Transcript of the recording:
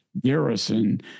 garrison